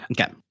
Okay